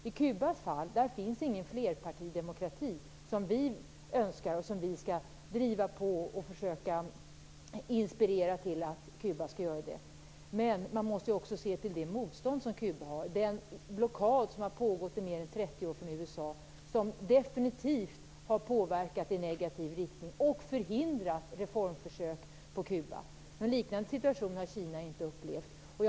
I Kubas fall finns det ingen flerpartidemokrati, vilket vi önskar och skall driva på och försöka inspirera till, men man måste också se till det motstånd Kuba har. Kuba har utsatts för en blockad från USA som har pågått i mer än 30 år och som definitivt har påverkat i negativ riktning och förhindrat reformförsök på Kuba. Någon liknande situation har Kina inte upplevt.